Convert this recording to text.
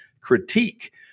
critique